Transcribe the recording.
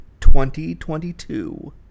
2022